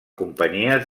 companyies